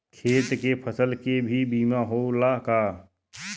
खेत के फसल के भी बीमा होला का?